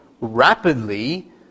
rapidly